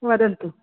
वदन्तु